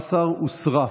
17 הוסרה.